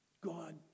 God